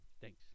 Thanks